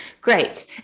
Great